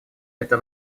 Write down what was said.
это